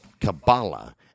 Kabbalah